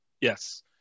Yes